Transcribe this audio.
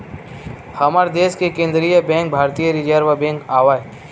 हमर देस के केंद्रीय बेंक भारतीय रिर्जव बेंक आवय